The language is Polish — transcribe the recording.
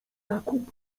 jakub